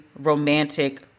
romantic